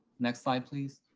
next slide, please.